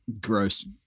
Gross